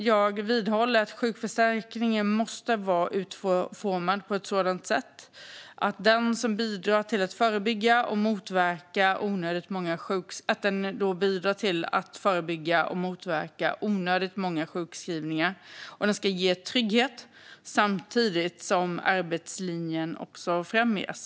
Jag vidhåller att sjukförsäkringen måste vara utformad på ett sådant sätt att den bidrar till att förebygga och motverka onödigt många sjukskrivningar. Den ska också ge trygghet samtidigt som arbetslinjen främjas.